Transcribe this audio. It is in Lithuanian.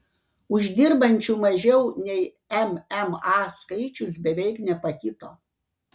uždirbančių mažiau nei mma skaičius beveik nepakito